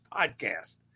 Podcast